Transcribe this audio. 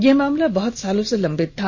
यह मामला बहत सालों से लंबित था